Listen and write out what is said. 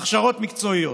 הכשרות מקצועיות.